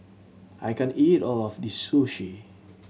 I can't eat all of this Sushi